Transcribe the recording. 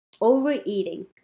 Overeating